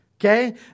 okay